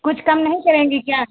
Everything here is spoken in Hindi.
कुछ कम नहीं करेंगी क्या